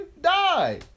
Die